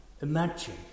Imagine